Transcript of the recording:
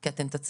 כי אתן תצליחו.